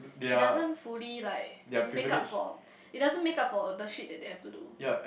it doesn't fully like make-up for it doesn't make-up for the shit that they have to do